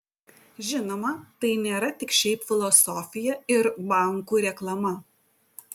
žinoma tai nėra tik šiaip filosofija ir bankų reklama